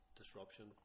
disruption